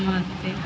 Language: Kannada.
ಮತ್ತು